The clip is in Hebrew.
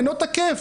אינו תקף.